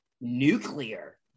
nuclear